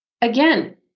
again